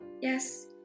yes